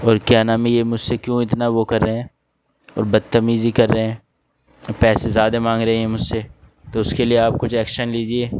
اور کیا نام ہے یہ مجھ سے کیوں اتنا وہ کر رہے ہیں اور بدتمیزی کر رہے ہیں پیسے زیادہ مانگ رہے ہیں یہ مجھ سے تو اس کے لیے آپ کچھ ایکشن لیجیے